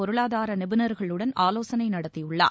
பொருளாதார நிபுணர்களுடன் ஆலோசனை நடத்தியுள்ளார்